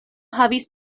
havis